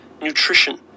nutrition